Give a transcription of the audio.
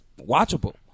watchable